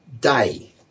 day